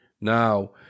Now